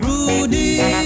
Rudy